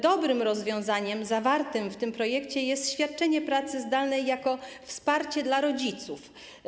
Dobrym rozwiązaniem zawartym w tym projekcie jest świadczenie pracy zdalnej jako wsparcie dla rodziców.